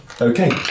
Okay